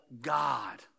god